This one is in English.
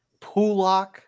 Pulak